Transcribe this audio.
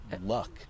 luck